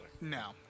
No